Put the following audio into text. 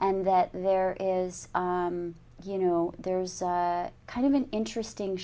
and that there is you know there's kind of an interesting